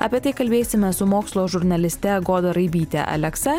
apie tai kalbėsime su mokslo žurnaliste goda raibyte aleksa